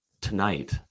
tonight